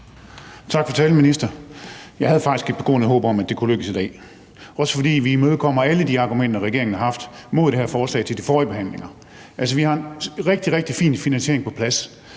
Tak for talen, minister. Jeg havde faktisk et begrundet håb om, at det kunne lykkes i dag, også fordi vi imødekommer alle de argumenter, regeringen har haft imod det her forslag ved de forrige behandlinger. Vi har en rigtig, rigtig fin finansiering på plads,